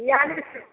बिआलिस रुपे